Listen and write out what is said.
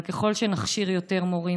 אבל ככל שנכשיר יותר מורים,